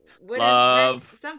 Love